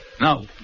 Now